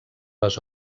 les